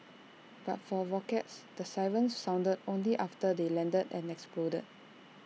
but for rockets the sirens sounded only after they landed and exploded